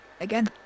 Again